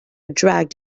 dragged